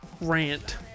rant